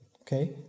Okay